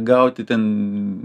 gauti ten